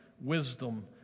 wisdom